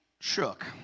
shook